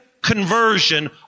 conversion